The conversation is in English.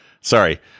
sorry